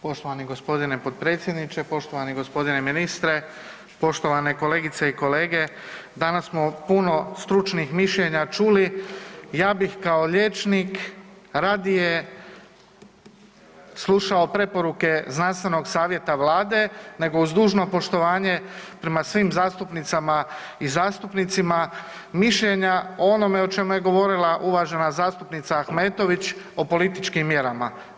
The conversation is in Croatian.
Poštovani gospodine potpredsjedniče, poštovani gospodine ministre, poštovane kolegice i kolege, danas smo puno stručnih mišljena čuli, ja bih kao liječnik radije slušao preporuke znanstvenog savjeta Vlade nego uz dužno poštovanje prema svim zastupnicama i zastupnicima mišljenje onome o čemu je govorila uvažena zastupnica Ahmetović o političkim mjerama.